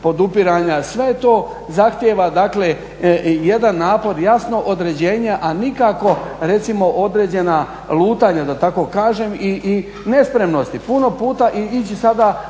podupiranja. Sve to zahtijeva, dakle jedan napor, jasno određenje, a nikako recimo određena lutanja da tako kažem i nespremnosti. Puno puta i ići sada